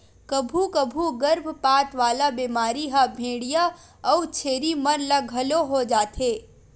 कभू कभू गरभपात वाला बेमारी ह भेंड़िया अउ छेरी मन ल घलो हो जाथे